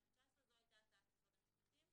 2019. זו היתה הצעת משרד המשפטים.